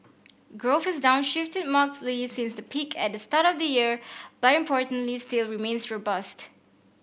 growth has downshifted markedly since the peak at the start of the year but importantly still remains robust